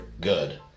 good